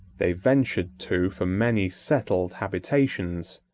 they ventured to for many settled habitations,